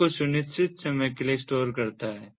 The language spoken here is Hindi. यह कुछ निश्चित समय के लिए स्टोर करता है